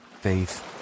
faith